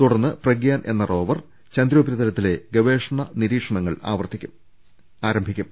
തുടർന്ന് പ്രഗ്യാൻ എന്ന റോവർ ചന്ദ്രോപരിതലത്തിലെ ഗവേഷണ നിരീക്ഷണങ്ങൾ ആരംഭിക്കും